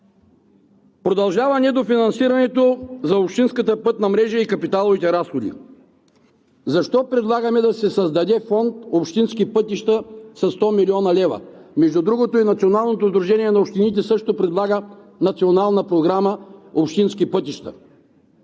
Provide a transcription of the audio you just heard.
Продължава недофинансирането за общинската пътна мрежа и капиталовите разходи. Защо предлагаме да се създаде фонд „Общински пътища“ със 100 млн. лв.? Между другото, и Националното сдружение на общините също предлага национална програма „Общински пътища“.